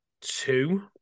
two